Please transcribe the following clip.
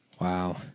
Wow